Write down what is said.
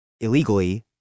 illegally